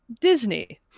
Disney